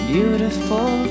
Beautiful